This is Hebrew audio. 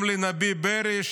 גם לנביה ברי,